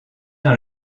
dans